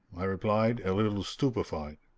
i replied, a little stupefied.